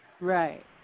Right